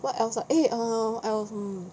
what else ha eh uh mm